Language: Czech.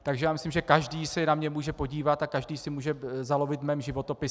Takže myslím, že každý se na mne může podívat a každý si může zalovit v mém životopise.